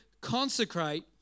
consecrate